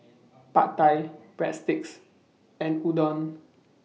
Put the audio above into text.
Pad Thai Breadsticks and Udon